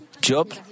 Job